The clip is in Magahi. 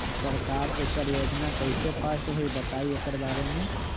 सरकार एकड़ योजना कईसे पास होई बताई एकर बारे मे?